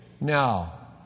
Now